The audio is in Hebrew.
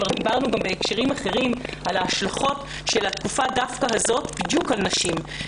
כבר דיברנו גם בהקשרים אחרים על ההשלכות של התקופה הזאת בדיוק על נשים,